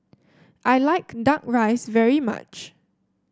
I like duck rice very much